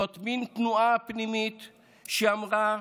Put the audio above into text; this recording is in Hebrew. זאת מין תנועה פנימית שאמרה: